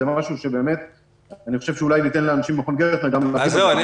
אני חושב שאולי תיתן גם לאנשים ממכון "גרטנר" -- אז זהו,